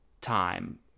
time